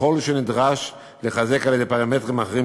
ככל שנדרש לחזק על-ידי פרמטרים אחרים,